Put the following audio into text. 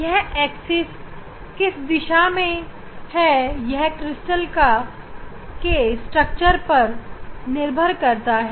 यह एक्सिस किस दिशा में होगी यह क्रिस्टल की संरचना पर निर्भर करता है